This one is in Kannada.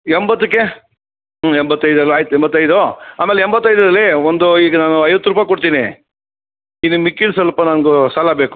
ಎಂಬತ್ತಕ್ಕೆ ಹ್ಞೂ ಎಂಬತ್ತೈದಲ್ಲಿ ಆಯ್ತು ಎಂಬತ್ತೈದು ಆಮೇಲೆ ಎಂಬತ್ತೈದರಲ್ಲಿ ಒಂದು ಈಗ ನಾನು ಐವತ್ತು ರೂಪಾಯಿ ಕೊಡ್ತೀನಿ ಇನ್ನು ಮಿಕ್ಕಿದ್ದು ಸ್ವಲ್ಪ ನನಗೂ ಸಾಲ ಬೇಕು